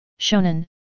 shonen